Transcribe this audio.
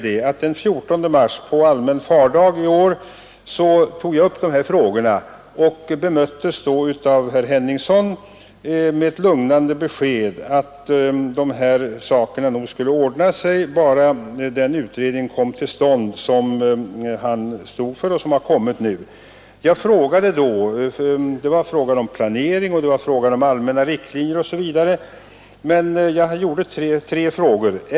Den 14 mars i år tog jag upp dessa frågor och bemöttes då av herr Henningsson med ett lugnande besked att dessa saker nog skulle ordna sig bara den utredning kom till stånd som han stod för — och som nu har framlagts. Det gällde planering, allmänna riktlinjer osv. Jag ställde tre frågor: 1.